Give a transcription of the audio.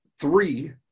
three